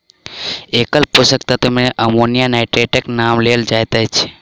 एकल पोषक तत्व मे अमोनियम नाइट्रेटक नाम लेल जाइत छै